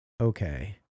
okay